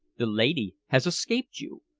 the lady has escaped you,